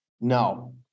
No